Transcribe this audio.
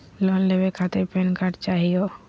Loan लेवे खातीर PAN card चाहियो?